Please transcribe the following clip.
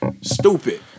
Stupid